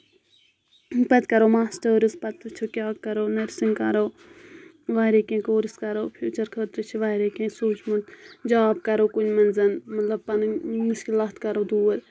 پَتہٕ کَرو ماسٹٲرٕس پَتہٕ وُچھِو کیٛاہ کَرو نٔرسِنٛگ کَرو واریاہ کینٛہہ کورس کَرو فیوٗچَر خٲطرٕ چھِ واریاہ کینٛہہ سوٗنچمُت جاب کَرو کُنہِ منٛز مطلب پَنٕنۍ مُشکِلات کَرو دوٗر